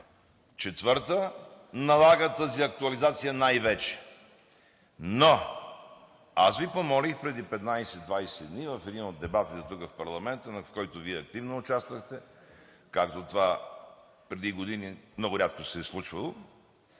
четвърта, налага най-вече тази актуализация. Аз Ви помолих преди 15 – 20 дни в един от дебатите в парламента, в който Вие активно участвахте, като това преди години много рядко се е случвало,